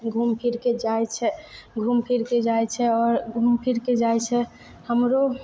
घूम फिरके जाइ छै घूम फिरके जाइ छै आओर घूम फिरके जाइ छै हमरो